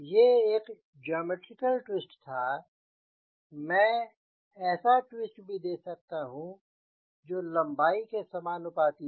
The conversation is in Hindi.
यह एक जॉमेट्रिकल ट्विस्ट था मैं ऐसा ट्विस्ट भी दे सकता हूँ जो लंबाई के समानुपाती हो